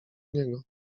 niego